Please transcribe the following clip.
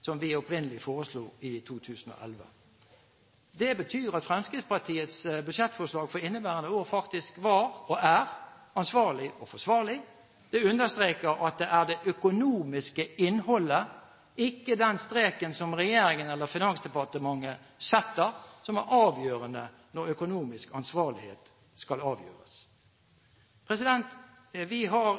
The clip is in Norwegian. som vi opprinnelig foreslo i 2011. Det betyr at Fremskrittspartiets budsjettforslag for inneværende år faktisk var, og er, ansvarlig og forsvarlig. Det understreker at det er det økonomiske innholdet, og ikke den streken som regjeringen eller Finansdepartementet setter, som er avgjørende når økonomisk ansvarlighet skal avgjøres.